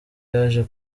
yaje